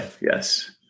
yes